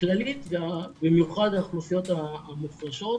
הכללית ובמיוחד האוכלוסיות המוחלשות.